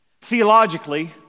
Theologically